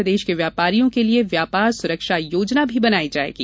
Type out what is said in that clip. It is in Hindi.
प्रदेश के व्यापारियों के लिये व्यापार सुरक्षा योजना बनाई जायेगी